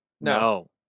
No